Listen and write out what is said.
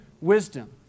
wisdom